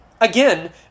Again